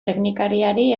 teknikariari